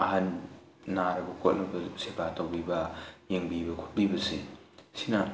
ꯑꯍꯟ ꯅꯥꯔꯕ ꯈꯣꯠꯂꯕ ꯁꯦꯕꯥ ꯇꯧꯕꯤꯕ ꯌꯦꯡꯕꯤꯕ ꯈꯣꯠꯄꯤꯕꯁꯦ ꯁꯤꯅ